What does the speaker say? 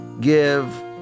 give